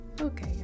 Okay